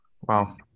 wow